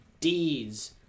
deeds